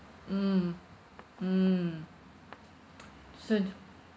mm mm soon